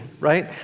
right